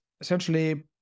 essentially